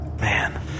man